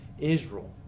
Israel